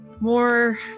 more